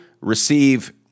receive